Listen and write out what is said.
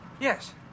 Yes